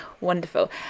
wonderful